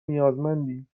نیازمندیم